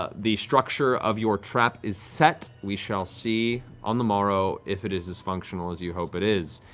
ah the structure of your trap is set. we shall see on the morrow if it is as functional as you hope it is.